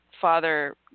father